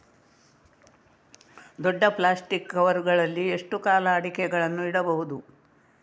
ದೊಡ್ಡ plastic cover ಗಳಲ್ಲಿ ಎಷ್ಟು ಕಾಲ ಅಡಿಕೆಗಳನ್ನು ಇಡಬಹುದು?